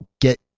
get